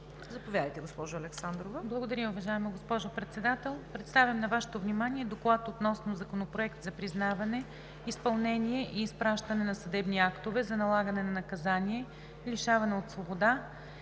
ДОКЛАДЧИК АННА АЛЕКСАНДРОВА: Благодаря, уважаема госпожо Председател. Представям на Вашето внимание „Доклад относно Законопроект за признаване, изпълнение и изпращане на съдебни актове за налагане на наказание лишаване от свобода